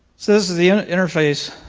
so this is the interface